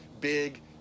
big